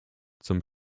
zum